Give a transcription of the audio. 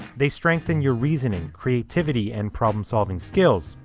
they strengthen your reasoning, creativity and problem solving skills,